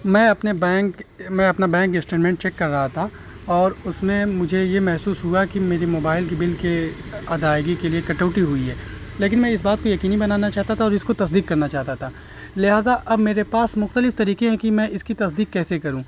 میں اپنے بینک میں اپنا بینک اسٹیٹمنٹ چیک کر رہا تھا اور اس میں مجھے یہ محسوس ہوا کہ میری موبائل کی بل کے ادائیگی کے لیے کٹوتی ہوئی ہے لیکن میں اس بات کو یقینی بنانا چاہتا تھا اور اس کو تصدیق کرنا چاہتا تھا لہٰذا اب میرے پاس مختلف طریقے ہیں کہ میں اس کی تصدیق کیسے کروں